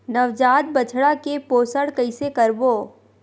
नवजात बछड़ा के पोषण कइसे करबो?